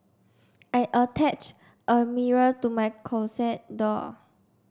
I attached a mirror to my closet door